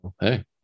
hey